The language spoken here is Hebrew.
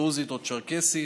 הדרוזית או הצ'רקסית,